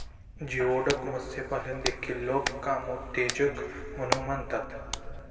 geoduck मत्स्यपालन देखील लोक कामोत्तेजक म्हणून मानतात